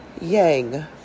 Yang